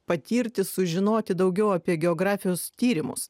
patirti sužinoti daugiau apie geografijos tyrimus